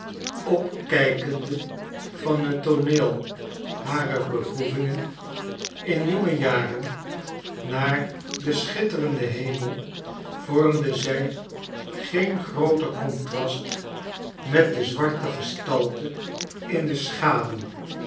van het tooneel harer beproevingen in jonge jaren naar den schitterenden hemel vormde zij geen grooter contrast met de zwarte gestalte in de schaduw